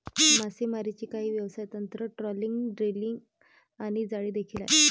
मासेमारीची काही व्यवसाय तंत्र, ट्रोलिंग, ड्रॅगिंग आणि जाळी देखील आहे